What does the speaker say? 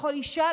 לכל אישה,